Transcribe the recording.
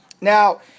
Now